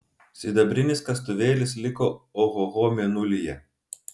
sidabrinis kastuvėlis liko ohoho mėnulyje